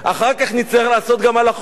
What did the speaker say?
אחר כך נצטרך לעשות גם על החוף,